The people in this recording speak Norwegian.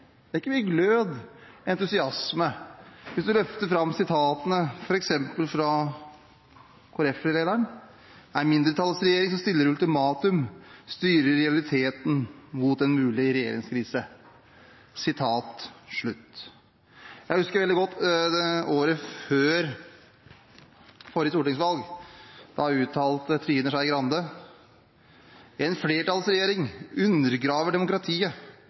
det er ikke mye glød eller entusiasme hvis man løfter fram sitatene f.eks. fra Kristelig Folkeparti-lederen: «Ei mindretalsregjering som stiller ultimatum, styrer i realiteten mot ei mogleg regjeringskrise.» Jeg husker veldig godt året før forrige stortingsvalg. Da uttalte Trine Skei Grande: «En flertallsregjering undergraver demokratiet